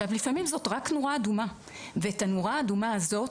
לפעמים זאת רק נורה אדומה ואת הנורה האדומה הזאת,